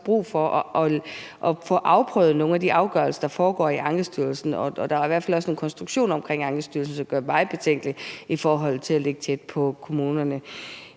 brug for at få afprøvet nogle af de afgørelser, der foregår i Ankestyrelsen. Der er i hvert fald også nogle konstruktioner omkring Ankestyrelsen, som gør mig betænkelig i forhold til at ligge tæt på kommunerne.